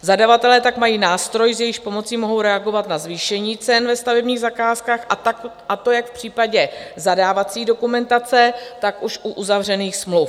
Zadavatelé tak mají nástroj, s jehož pomocí mohou reagovat na zvýšení cen ve stavebních zakázkách, a to jak v případě zadávací dokumentace, tak už u uzavřených smluv.